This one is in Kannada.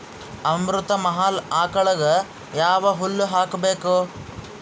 ಅಮೃತ ಮಹಲ್ ಆಕಳಗ ಯಾವ ಹುಲ್ಲು ಹಾಕಬೇಕು?